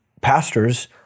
pastors